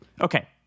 Okay